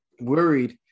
worried